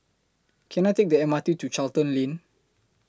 Can I Take The M R T to Charlton Lane